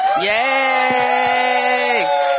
Yay